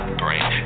brain